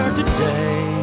today